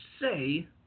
say